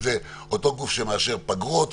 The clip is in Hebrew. אותו גוף שמאשר פגרות,